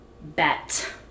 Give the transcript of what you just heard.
Bet